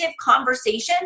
conversations